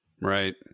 Right